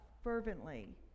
fervently